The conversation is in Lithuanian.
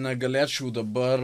negalėčiau dabar